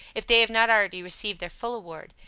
if they have not already received their full reward,